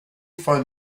find